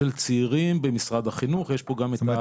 של צעירים במשרד החינוך --- זאת אומרת,